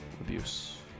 abuse